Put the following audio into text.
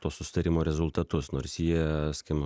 to susitarimo rezultatus nors jie skim